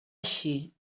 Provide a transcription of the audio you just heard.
així